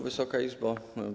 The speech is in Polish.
Wysoka Izbo!